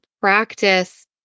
practice